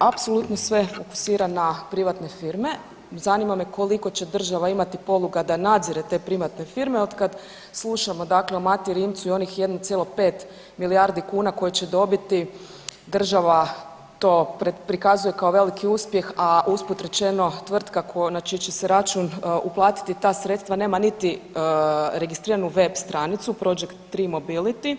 Znači apsolutno sve fokusira na privatne firme, zanima me koliko će država imati poluga na nadzire te privatne firme i od kad slušamo dakle o Mati Rimcu i onih 1,5 milijardi kuna koje će dobiti država to prikazuje kao veliki uspjeh, a usput rečeno tvrtku na čiji će se račun uplatiti ta sredstva nema niti registriranu web stranicu Projeckt 3 Mobility,